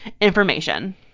information